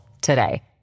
today